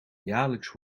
jaarlijks